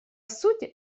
сути